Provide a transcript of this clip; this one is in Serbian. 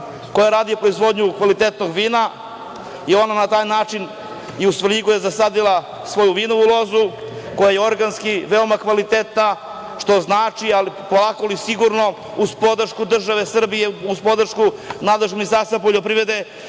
koja radi proizvodnju kvalitetnog vina i ona je na taj način u Svrljigu zasadila svoju vinovu lozu, koja je organski veoma kvalitetna, što znači polako ali sigurno, uz podršku države Srbije, uz podršku nadležnog Ministarstva poljoprivrede,